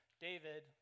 David